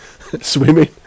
Swimming